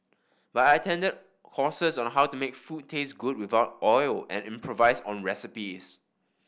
but I attended courses on how to make food taste good without oil and improvise on recipes